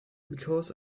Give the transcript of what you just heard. because